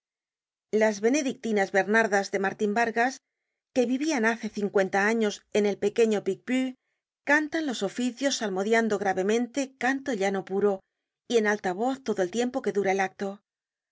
las benedictinas bernardas de martin vargas que vivian hace cin cuenta años en el pequeño picpus cantan los oficios salmodiando gravemente canto llano puro y en alta voz todo el tiempo que dura el acto